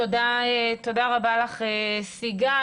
תודה רבה לך, סיגל.